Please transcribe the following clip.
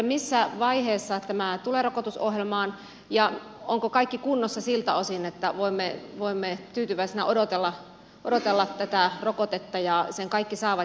missä vaiheessa tämä tulee rokotusohjelmaan ja onko kaikki kunnossa siltä osin että voimme tyytyväisenä odotella tätä rokotetta ja sen kaikki saavat